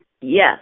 Yes